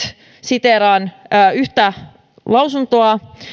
siteeraan yhtä lausuntoa